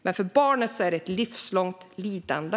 Men för barnet är det ett livslångt lidande.